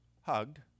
hugged